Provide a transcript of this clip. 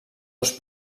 dos